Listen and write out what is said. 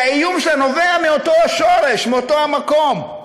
שהאיום שלה נובע מאותו שורש, מאותו מקום,